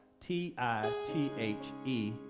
T-I-T-H-E